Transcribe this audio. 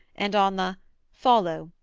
and on the follow,